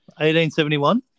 1871